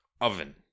Oven